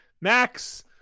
Max